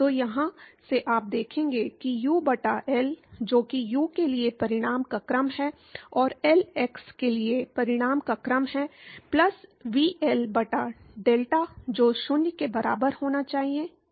तो यहां से आप देखेंगे कि U बटा L जो कि U के लिए परिमाण का क्रम है और L एक्स के लिए परिमाण का क्रम है प्लस vl बटा डेल्टा जो 0 के बराबर होना चाहिए ठीक है